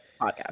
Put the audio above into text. podcast